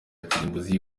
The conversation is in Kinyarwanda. kirimbuzi